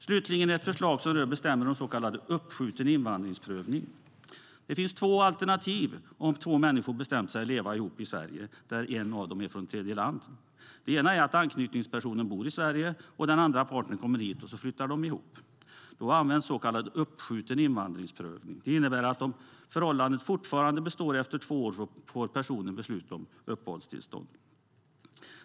Slutligen hanterar vi ett förslag som rör bestämmelserna om så kallad uppskjuten invandringsprövning. Det finns två alternativ om två människor har bestämt sig för att leva ihop i Sverige och en av dem är från tredjeland. Det ena är att anknytningspersonen bor i Sverige, den andra partnern kommer hit och de flyttar ihop. Då används så kallad uppskjuten invandringsprövning. Det innebär att om förhållandet fortfarande består efter två år får personen beslut om uppehållstillstånd.